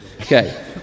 Okay